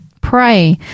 Pray